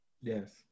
Yes